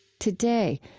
today,